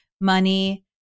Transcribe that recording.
money